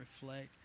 reflect